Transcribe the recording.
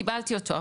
קיבלתי אותו,